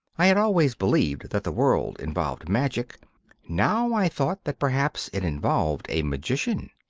i had always believed that the world involved magic now i thought that perhaps it involved a magician.